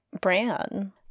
Bran